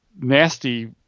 nasty